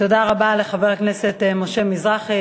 תודה רבה לחבר הכנסת משה מזרחי.